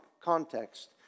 context